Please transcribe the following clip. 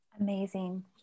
Amazing